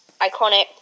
iconic